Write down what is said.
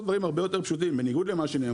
דברים הרבה יותר פשוטים בניגוד למה שנאמר.